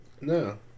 No